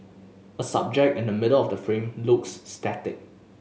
a subject in the middle of the frame looks static